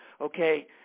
okay